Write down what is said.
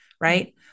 right